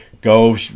Go